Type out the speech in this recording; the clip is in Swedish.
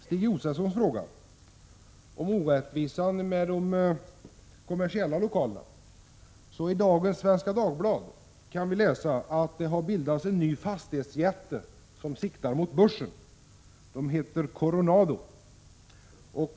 Stig Josefson frågade om orättvisan mot de kommersiella lokalerna. I dagens Svenska Dagbladet kan vi läsa att det har bildats en ny fastighetsjätte som siktar mot börsen, Coronado.